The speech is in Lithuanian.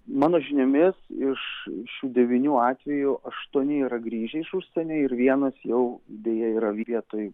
mano žiniomis iš šių devynių atvejų aštuoni yra grįžę iš užsienio ir vienas jau deja yra vietoj